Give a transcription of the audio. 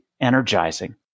energizing